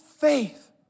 faith